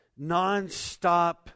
nonstop